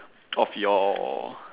of your